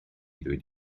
ddweud